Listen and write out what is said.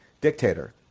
dictator